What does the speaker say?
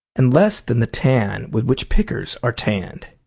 and less than the tan with which pickers are tanned.